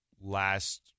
last